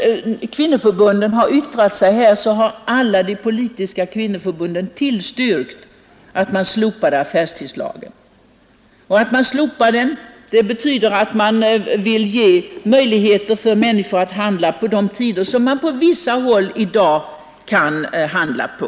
Samtliga politiska kvinnoförbund har tillstyrkt att affärstidslagen slopas, vilket betyder att man vill ge fler människor möjligheter att handla på tider som man på vissa håll i dag kan handla på.